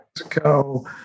Mexico